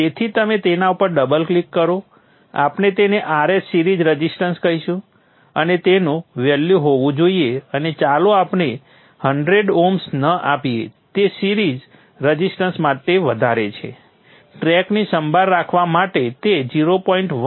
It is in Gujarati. તેથી તમે તેના ઉપર ડબલ ક્લિક કરો આપણે તેને Rs સિરીઝ રઝિસ્ટન્સ કહીશું અને તેનું વેલ્યુ હોવું જોઈએ અને ચાલો આપણે 100 ઓહ્મ ન આપીએ તે સિરીઝ રઝિસ્ટન્સ માટે વધારે છે ટ્રેકની સંભાળ રાખવા માટે તે 0